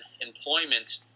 employment